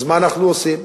אז מה אנחנו עושים?